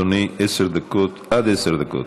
אדוני, עשר דקות, עד עשר דקות.